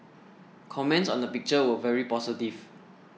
comments on the picture were very positive